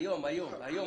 היום, היום.